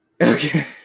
okay